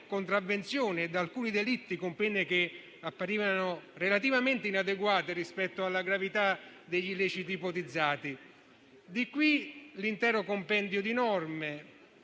contravvenzioni e alcuni delitti, con pene che apparivano relativamente inadeguate rispetto alla gravità degli illeciti ipotizzati. Di qui l'intero compendio di norme,